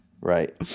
Right